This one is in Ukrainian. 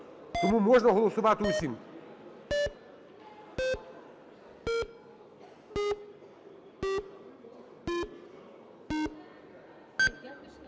тому можна голосувати всім.